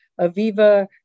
Aviva